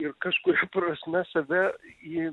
ir kažkuria prasme save į